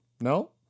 no